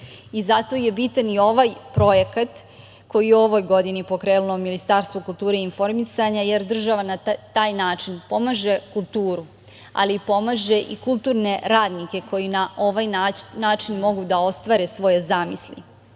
Zato je bitan i ovaj projekat koji je u ovoj godini pokrenulo Ministarstvo kulture i informisanja, jer država na taj način pomaže kulturu, ali pomaže i kulturne radnike koji na ovaj način mogu da ostvare svoje